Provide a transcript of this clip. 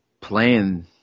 playing